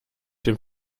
dem